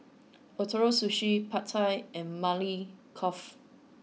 Ootoro Sushi Pad Thai and Maili Kofta